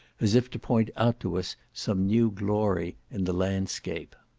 as if to point out to us some new glory in the landscape.